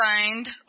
signed